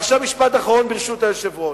ועכשיו משפט אחרון, ברשות היושב-ראש.